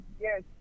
yes